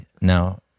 Now